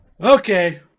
Okay